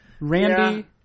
Randy